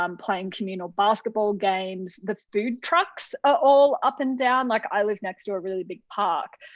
um playing communal basketball games. the food trucks are all up and down. like i live next to a really big park.